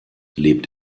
lebt